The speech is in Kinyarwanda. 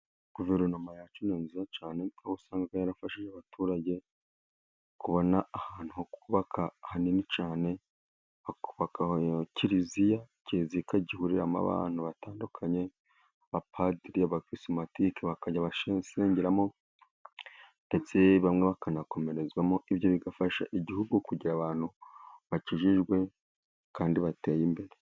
Guverinoma yacu ni nziza cyane , aho usanga yarafashije abaturage kubona ahantu ho kubaka hanini cyane. Bakubakaho kiliziya , kiliziya igahuriramo abantu batandukanye, abapadiri, abakiririsimatike bakajya basengeramo, ndetse bamwe bakanakomerezwamo. Ibyo bigafasha igihugu kugira abantu bakijijwe kandi bateye imbere.